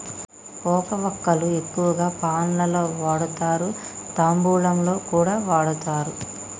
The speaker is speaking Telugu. పోక వక్కలు ఎక్కువగా పాన్ లలో వాడుతారు, తాంబూలంలో కూడా వాడుతారు